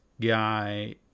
guy